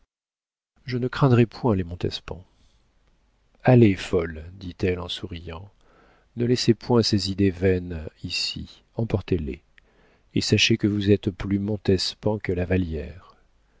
je ne craindrai point les montespan allez folle dit-elle en souriant ne laissez point ces idées vaines ici emportez-les et sachez que vous êtes plus montespan que la